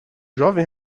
jovem